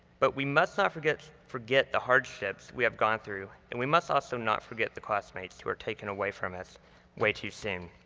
but we must not forget forget the hardships we have gone through and we must also not forget the classmates who were taken away from us way too soon.